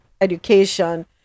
education